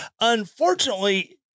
Unfortunately